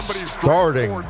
starting